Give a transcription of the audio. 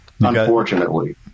Unfortunately